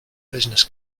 business